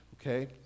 Okay